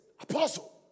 apostle